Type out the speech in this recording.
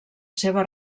seva